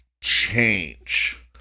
change